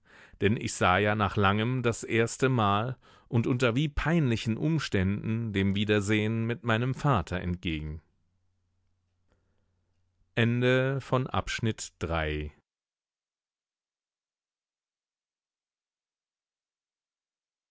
denn ich sah ja nach langem das erstemal und unter wie peinlichen umständen dem wiedersehen mit meinem vater entgegen